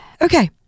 okay